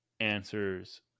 answers